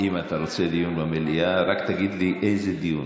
אם אתה רוצה דיון במליאה, רק תגיד לי איזה דיון.